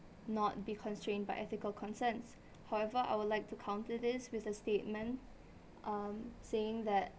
not be constrained by ethical concerns however I would like to counter this with a statement um saying that